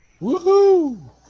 Woohoo